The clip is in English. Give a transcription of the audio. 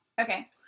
Okay